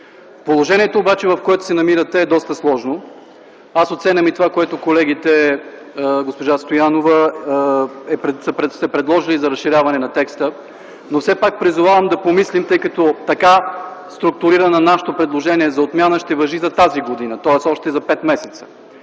Положението, в което се намират те е доста сложно. Аз оценявам и това, което колегите – госпожа Стоянова, са предложили за разширяване на текста, но все пак призовавам да помислим, тъй като така структурирано нашето предложение за отмяна, ще важи за тази година, тоест още за пет месеца.